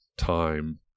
Time